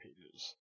pages